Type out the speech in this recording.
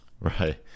Right